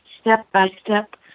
step-by-step